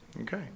okay